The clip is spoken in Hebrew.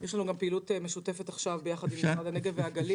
יש לנו גם פעילות משותפת עכשיו ביחד עם המשרד לנגב ולגליל.